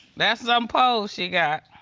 that some pose she got.